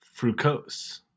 Fructose